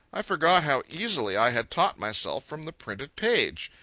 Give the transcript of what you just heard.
i forgot how easily i had taught myself from the printed page.